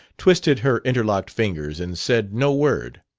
twisted her interlocked fingers and said no word.